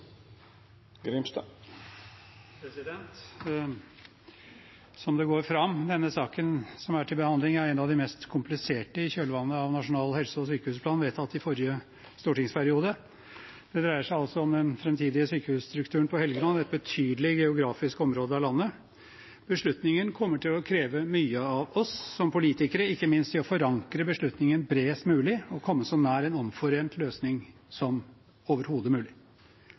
de mest kompliserte i kjølvannet av Nasjonal helse- og sykehusplan, vedtatt i forrige periode. Det dreier seg om den framtidige sykehusstrukturen på Helgeland, et betydelig geografisk område av landet. Beslutningen kommer til å kreve mye av oss som politikere, ikke minst i det å forankre beslutningen bredest mulig og komme så nær en omforent løsning som overhodet mulig.